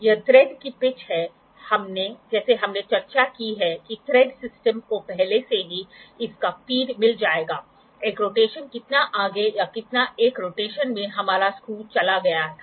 तो vernier protractor में a piece vernier scale के शीर्ष दृश्य पर ही जुड़ा होता है जो एक साथ स्थिर डायल स्केल पर एकल इकाई के रूप में चलता है